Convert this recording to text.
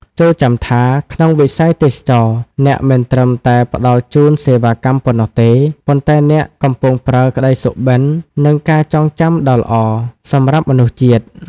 ចូរចាំថា ក្នុងវិស័យទេសចរណ៍ អ្នកមិនត្រឹមតែផ្ដល់ជូនសេវាកម្មប៉ុណ្ណោះទេ ប៉ុន្តែអ្នកកំពុងប្រើ "ក្តីសុបិន និងការចងចាំដ៏ល្អ" សម្រាប់មនុស្សជាតិ។